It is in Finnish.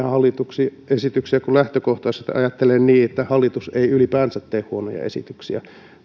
hallituksen esityksiä kun lähtökohtaisesti ajattelen niin että hallitus ei ylipäänsä tee huonoja esityksiä